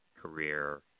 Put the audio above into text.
career